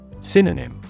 Synonym